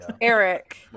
Eric